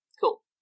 Cool